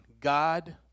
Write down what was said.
God